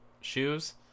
shoes